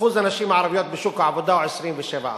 אחוז הנשים הערביות בשוק העבודה הוא 27%;